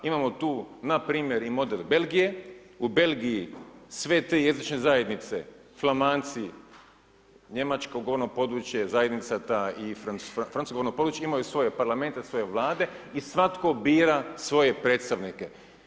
Imamo tu npr. i model Belgije, u Belgiji sve te jezične zajednice Flamanci, njemačko govorno područje, zajednica ta i francusko govorno područje imaju svoje Parlamente, svoje Vlade, i svatko bira svoje predstavnike.